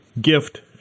gift